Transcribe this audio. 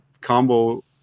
combo